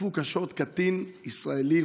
תקפו קשות קטין ישראלי,